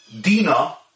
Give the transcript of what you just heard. Dina